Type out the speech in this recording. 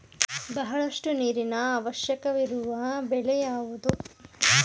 ಬಹಳಷ್ಟು ನೀರಿನ ಅವಶ್ಯಕವಿರುವ ಬೆಳೆ ಯಾವುವು?